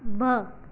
ब॒